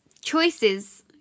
choices